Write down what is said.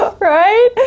Right